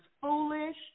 foolish